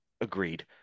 agreed